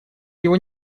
его